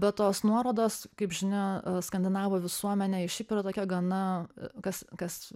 bet tos nuorodos kaip žinia skandinavų visuomenėj šiaip yra tokia gana kas kas